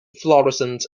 fluorescent